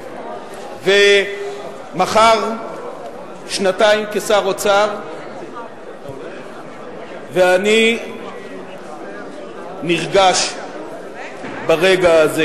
ומחר שנתיים כשר אוצר ואני נרגש ברגע הזה.